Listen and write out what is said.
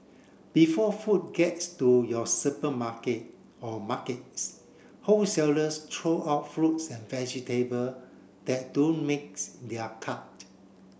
before food gets to your supermarket or markets wholesalers throw out fruits and vegetable that don't makes their cut